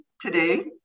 today